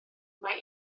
mae